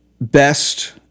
best